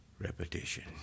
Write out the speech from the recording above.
repetition